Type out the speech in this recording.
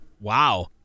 Wow